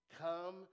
Come